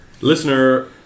Listener